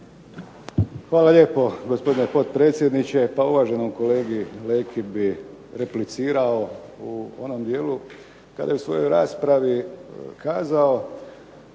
Hvala lijepo gospodine potpredsjedniče. Pa uvaženom kolegi Leki bi replicirao u onom dijelu kada je u svojoj raspravi kazao,